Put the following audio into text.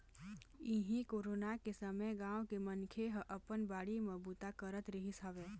इहीं कोरोना के समे गाँव के मनखे ह अपन बाड़ी म बूता करत रिहिस हवय